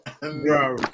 Bro